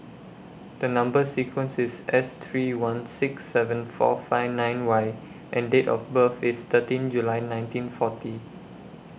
The Number sequence IS S three one six seven four five nine Y and Date of birth IS thirteen July nineteen forty